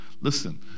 Listen